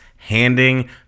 Handing